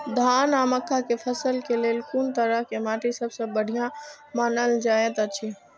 धान आ मक्का के फसल के लेल कुन तरह के माटी सबसे बढ़िया मानल जाऐत अछि?